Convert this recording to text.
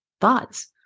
thoughts